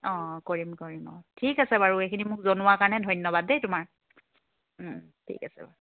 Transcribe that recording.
অঁ কৰিম কৰিম অঁ ঠিক আছে বাৰু এইখিনি মোক জনোৱাৰ কাৰণে ধন্যবাদ দেই তোমাৰ ঠিক আছে বাৰু